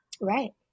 Right